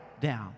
down